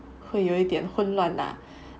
会有一点混乱 lah